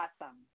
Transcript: awesome